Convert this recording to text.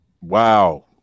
Wow